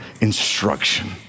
instruction